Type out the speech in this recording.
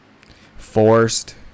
Forced